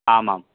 आमाम्